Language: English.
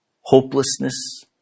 hopelessness